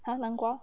!huh! 南瓜